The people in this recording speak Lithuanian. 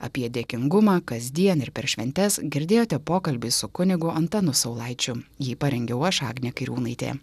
apie dėkingumą kasdien ir per šventes girdėjote pokalbį su kunigu antanu saulaičiu jį parengiau aš agnė kairiūnaitė